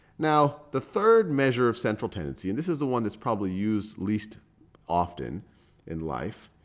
now, the third measure of central tendency, and this is the one that's probably used least often in life,